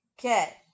Okay